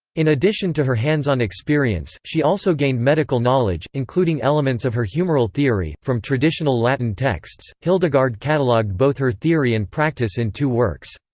in addition to her hands-on experience, she also gained medical knowledge, including elements of her humoral theory, from traditional latin texts hildegard catalogued both her theory and practice in two works.